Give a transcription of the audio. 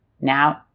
Now